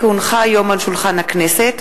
כי הונחה היום על שולחן הכנסת,